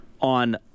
on